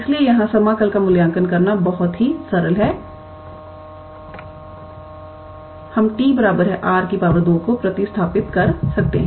इसलिए यहाँ समाकल का मूल्यांकन करना बहुत ही सरल है कि हम 𝑡 𝑟 2 को प्रतिस्थापित कर सकते हैं